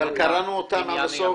אבל קראנו אותם עד הסוף?